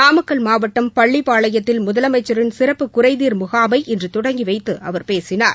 நாமக்கல் மாவட்டம் பள்ளிபாளையத்தில் முதலமைச்சரின் சிறப்பு குறைதீர் முகாமை இன்று தொடங்கி வைத்து அவர் பேசினார்